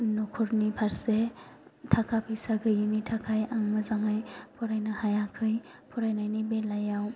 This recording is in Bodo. न'खरनि फारसे थाखा फैसा गैयिनि थाखाय आं मोजाङै फरायनो हायाखै फरायनायनि बेलायाव